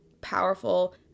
powerful